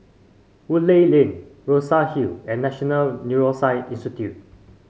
Woodleigh Lane Rosa Hall and National Neuroscience Institute